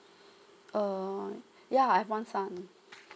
uh yeah I've one son